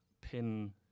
pin